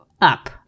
up